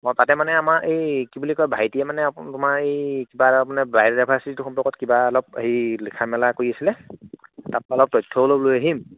অ' তাতে মানে আমাৰ এই কি বুলি কয় এই ভাইটিয়ে মানে তোমাৰ এই কিবা মানে বায়ডাইভাৰ্চিটি সম্পৰ্কত কিবা অলপ সেই লিখা মেলা কৰি আছিল তাত অলপ তথ্যও অলপ লৈ আহিম